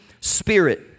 spirit